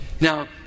Now